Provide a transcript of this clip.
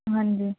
ਹਾਂਜੀ